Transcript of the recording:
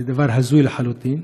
זה דבר הזוי לחלוטין.